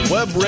Web